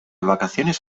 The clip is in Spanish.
vacaciones